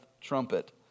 trumpet